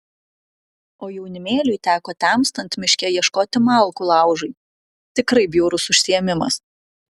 o jaunimėliui teko temstant miške ieškoti malkų laužui tikrai bjaurus užsiėmimas